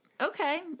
Okay